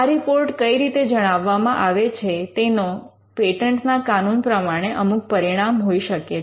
આ રિપોર્ટ કઈ રીતે જણાવવામાં આવે છે તેના પેટન્ટના કાનૂન પ્રમાણે અમુક પરિણામ હોઈ શકે છે